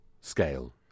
scale